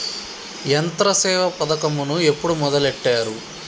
యంత్రసేవ పథకమును ఎప్పుడు మొదలెట్టారు?